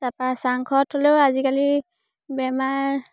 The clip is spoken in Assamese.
তাপা চাংঘৰত হ'লেও আজিকালি বেমাৰ